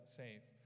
safe